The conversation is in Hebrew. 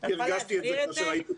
הרגשתי את זה כאשר הייתי נשיא.